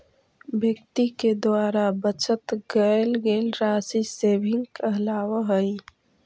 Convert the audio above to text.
व्यक्ति के द्वारा बचत कैल गेल राशि सेविंग कहलावऽ हई